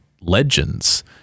legends